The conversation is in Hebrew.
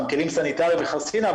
כלים סניטריים וחרסינה,